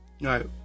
Right